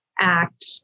act